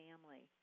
family